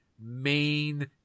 main